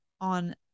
on